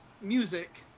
music